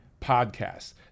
podcasts